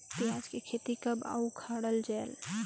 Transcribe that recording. पियाज के खेती कब अउ उखाड़ा जायेल?